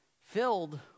Filled